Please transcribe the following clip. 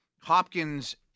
Hopkins